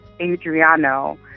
adriano